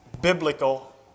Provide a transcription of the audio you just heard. biblical